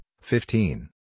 fifteen